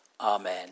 Amen